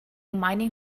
mining